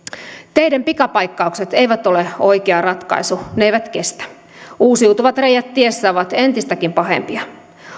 teiden pikapaikkaukset eivät ole oikea ratkaisu ne eivät kestä uusiutuvat reiät tiessä ovat entistäkin pahempia